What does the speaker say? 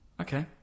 okay